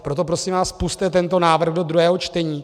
Proto prosím vás, pusťte tento návrh do druhého čtení.